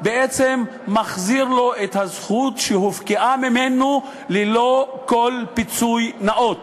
בעצם מחזיר לו את הזכות שהופקעה ממנו ללא כל פיצוי נאות.